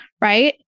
right